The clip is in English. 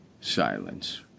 silence